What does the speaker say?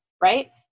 Right